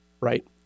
right